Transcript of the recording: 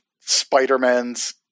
Spider-Man's